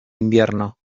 invierno